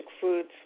foods